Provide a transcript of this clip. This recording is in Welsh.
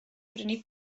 brynu